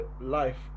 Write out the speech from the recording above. life